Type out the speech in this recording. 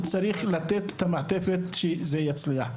צריך לתת את המעטפת כדי שזה יצליח.